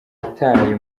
wataye